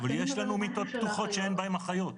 אבל יש לנו מיטות פתוחות שאין בהן אחיות,